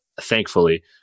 thankfully